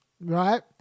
right